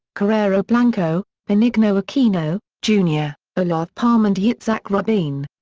carrero blanco, benigno aquino, jr, olof palme and yitzhak rabin.